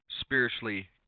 spiritually